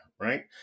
right